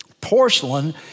Porcelain